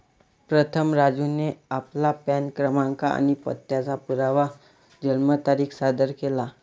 प्रथम राजूने आपला पॅन क्रमांक आणि पत्त्याचा पुरावा जन्मतारीख सादर केला